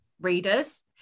readers